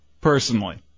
personally